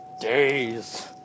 days